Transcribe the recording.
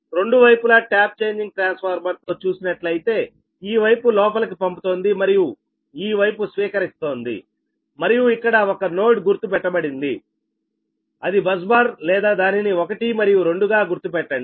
రెండు వైపులా tap changing transformer తో చూసినట్లయితే ఈ వైపు లోపలికి పంపుతోంది మరియు ఈ వైపు స్వీకరిస్తోంది మరియు ఇక్కడ ఒక నోడ్ గుర్తు పెట్టబడింది అది బస్ బార్ లేదా దానిని ఒకటి మరియు రెండుగా గుర్తు పెట్టండి